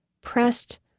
pressed